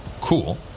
cool